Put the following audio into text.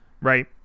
right